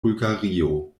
bulgario